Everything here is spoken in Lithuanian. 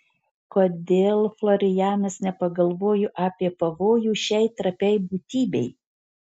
kodėl florianas nepagalvojo apie pavojų šiai trapiai būtybei